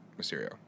Mysterio